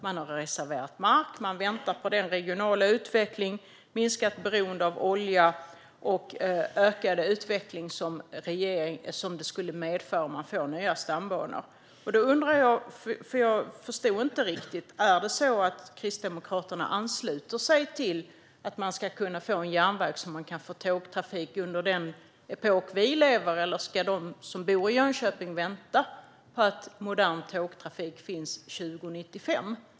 Man har reserverat mark och väntar på regional utveckling, minskat beroende av olja och den ökade utveckling som nya stambanor skulle medföra. Jag förstod inte riktigt, Robert Halef. Är det så att Kristdemokraterna ansluter sig till att man ska få en järnväg med tågtrafik under den epok som vi lever i, eller ska de som bor i Jönköping vänta på modern tågtrafik till 2095?